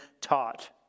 taught